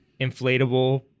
inflatable